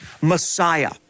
Messiah